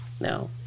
no